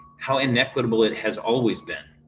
how inequitable it has always been,